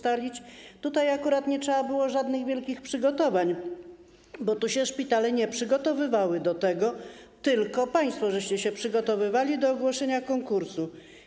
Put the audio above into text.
Tutaj akurat nie trzeba było żadnych wielkich przygotowań, bo tu się szpitale nie przygotowywały do tego, tylko państwo się przygotowywaliście do ogłoszenia konkursu.